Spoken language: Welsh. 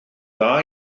dda